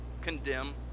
condemn